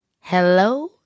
hello